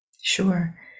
Sure